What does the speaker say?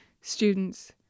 students